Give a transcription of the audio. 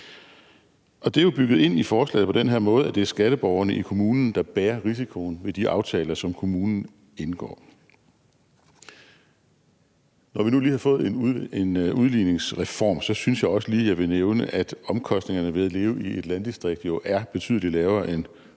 Og det er jo bygget ind i forslaget på den måde, at det er skatteborgerne i kommunen, der bærer risikoen ved de aftaler, som kommunen indgår. Når vi nu lige har fået en udligningsreform, synes jeg også lige, jeg vil nævne, at omkostningerne ved at leve i et landdistrikt jo er betydelig lavere end